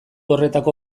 horretako